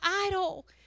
idol